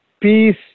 peace